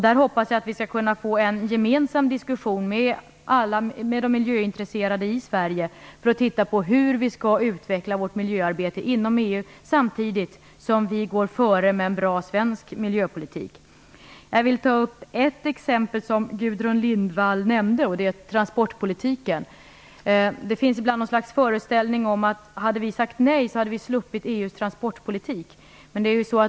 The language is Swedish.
Jag hoppas att vi skall kunna få en gemensam diskussion med de miljöintresserade i Sverige för att titta på hur vi skall utveckla vårt miljöarbete inom EU, samtidigt som vi går före med en bra svensk miljöpolitik. Jag vill ta upp ett exempel som Gudrun Lindvall nämnde, och det är transportpolitiken. Det finns ibland något slags föreställning om att vi hade sluppit EU:s transportpolitik om vi hade sagt nej till EU.